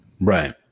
Right